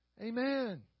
Amen